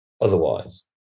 otherwise